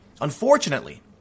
Unfortunately